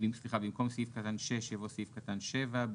במקום "סעיף קטן (6) "יבוא "סעיף קטן (7)".